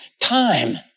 time